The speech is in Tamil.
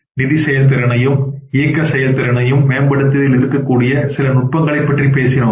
நிதி செயல்திறனையும் இயக்க செயல்திறனையும் மேம்படுத்துவதில் இருக்கக்கூடிய முக்கியமான சில நுட்பங்களைப் பற்றி பேசினோம்